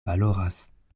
valoras